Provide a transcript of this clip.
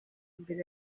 mbere